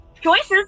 Choices